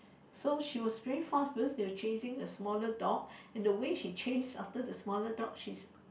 so she was very fast because she'll chasing the smaller dog and the way she chases after the smaller dog she's